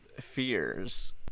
fears